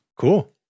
Cool